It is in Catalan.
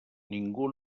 ningú